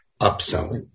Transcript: upselling